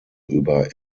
über